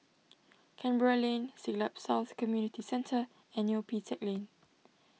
Canberra Lane Siglap South Community Centre and Neo Pee Teck Lane